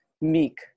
meek